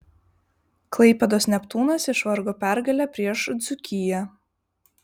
klaipėdos neptūnas išvargo pergalę prieš dzūkiją